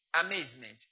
Amazement